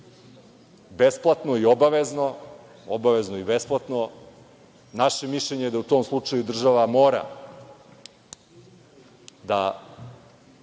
besplatno i obavezno, obavezno i besplatno. Naše mišljenje je da u tom slučaju država mora da